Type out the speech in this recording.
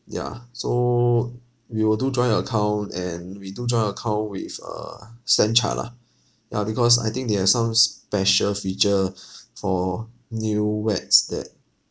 yeah so we will do joint account and we do joint account with uh stanchart lah ya because I think they have some special feature for new weds that